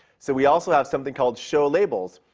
so we also have something called show labels.